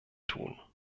tun